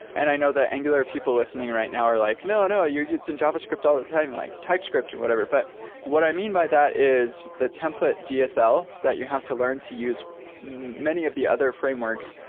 and i know the angular people listening right now are like, no. no. you're using and javascript all the time, like typescript and whatever. but what i mean by that is the template dsl that you have to learn to use many of the other frameworks,